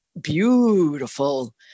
beautiful